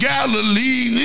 Galilee